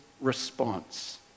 response